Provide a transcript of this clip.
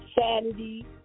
sanity